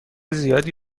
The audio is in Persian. زیادی